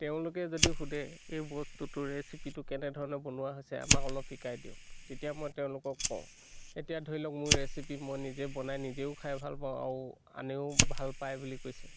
তেওঁলোকে যদি সুধে এই বস্তুটোৰ ৰেচিপিটো কেনেধৰণে বনোৱা হৈছে আমাক অলপ শিকাই দিয়ক তেতিয়া মই তেওঁলোকক কওঁ এতিয়া ধৰি লওক মোৰ ৰেচিপি মই নিজে বনাই নিজেও খাই ভাল পাওঁ আৰু আনেও ভাল পায় বুলি কৈছে